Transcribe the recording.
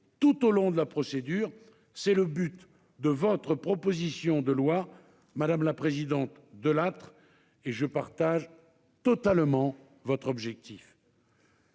tout au long de la procédure. Tel est le but de votre proposition de loi, madame la sénatrice Delattre, et je partage totalement cet objectif.